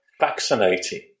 vaccinating